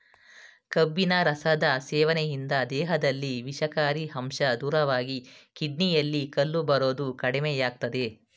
ಕಬ್ಬಿನ ರಸದ ಸೇವನೆಯಿಂದ ದೇಹದಲ್ಲಿ ವಿಷಕಾರಿ ಅಂಶ ದೂರವಾಗಿ ಕಿಡ್ನಿಯಲ್ಲಿ ಕಲ್ಲು ಬರೋದು ಕಡಿಮೆಯಾಗ್ತದೆ